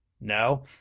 no